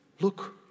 look